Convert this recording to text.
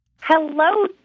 Hello